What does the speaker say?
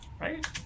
Right